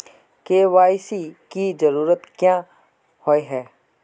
KYC की जरूरत क्याँ होय है?